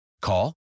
Call